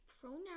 Pronoun